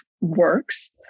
works